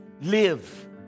live